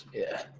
yeah.